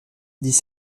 dix